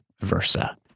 versa